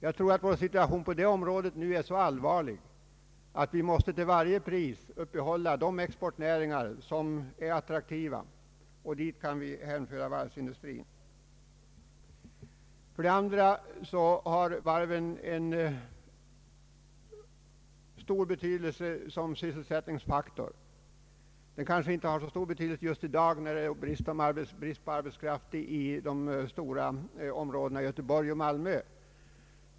Jag tror att vår situation på det området nu är så allvarlig att vi till varje pris måste uppehålla de exportnäringar som är attraktiva, och dit kan varvsindustrin hänföras. Varven har också stor betydelse som sysselsättningsfaktor. De kanske inte har det just i dag när det är stor brist på arbetskraft inom andra näringar i Göteborg och Malmö.